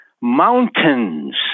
mountains